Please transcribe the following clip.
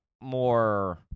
more